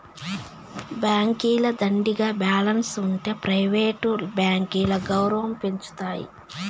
బాంకీల దండిగా బాలెన్స్ ఉంటె ప్రైవేట్ బాంకీల గౌరవం పెంచతాయి